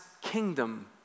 kingdom